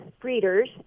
breeders